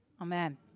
Amen